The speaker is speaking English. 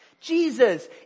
Jesus